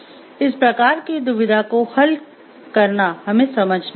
इसलिए इस प्रकार की दुविधा को हल करना हमें समझना होगा